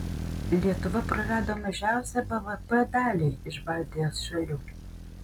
lietuva prarado mažiausią bvp dalį iš baltijos šalių